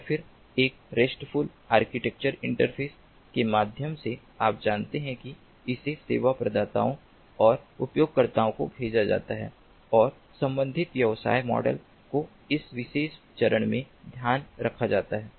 और फिर एक रेस्ट्फुल आर्किटेक्चर इंटरफ़ेस के माध्यम से आप जानते हैं कि इसे सेवा प्रदाताओं और उपयोगकर्ताओं को भेजा जाता है और संबंधित व्यवसाय मॉडल को इस विशेष चरण में ध्यान रखा जाता है